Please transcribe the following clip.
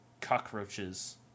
cockroaches